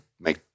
make